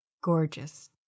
gorgeous